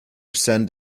send